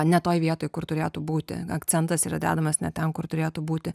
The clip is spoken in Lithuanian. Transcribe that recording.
ne toj vietoj kur turėtų būti akcentas yra dedamas ne ten kur turėtų būti